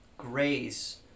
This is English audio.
grace